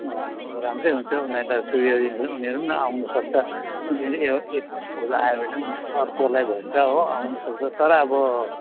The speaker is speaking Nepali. राम्रै हुन्छ उनीहरूलाई सुविधा दिनेहरू उनीहरू पनि आउनुसक्छ उनीहरू ए एक हुल आयो भने पनि अन्त अर्कोलाई भन्छ हो आउनुसक्छ तर अब